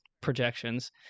projections